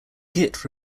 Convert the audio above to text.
git